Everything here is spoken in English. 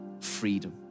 freedom